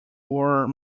were